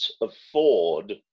afford